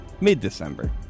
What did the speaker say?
Mid-December